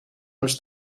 els